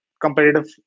competitive